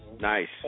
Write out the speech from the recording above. Nice